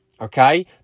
Okay